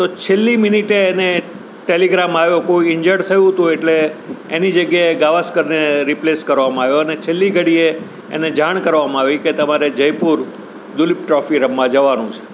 તો છેલ્લી મિનિટે એને ટેલિગ્રામ આવ્યો કોઈ ઇન્જર્ડ થયું હતું એટલે એની જગ્યાએ ગાવસ્કરને રિપ્લેસ કરવામાં આવ્યો અને છેલ્લી ઘડીએ એને જાણ કરવામાં આવી કે તમારે જયપુર દુલીપ ટ્રોફી રમવાં જવાનું છે